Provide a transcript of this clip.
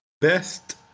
best